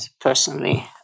personally